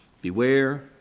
Beware